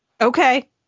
okay